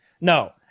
No